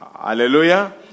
Hallelujah